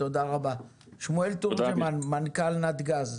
שמואל תורג'מן, מנכ"ל נתג"ז.